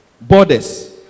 borders